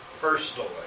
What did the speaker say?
personally